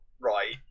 right